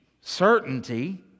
certainty